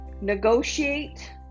negotiate